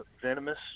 venomous